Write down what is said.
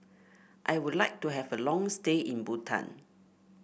I would like to have a long stay in Bhutan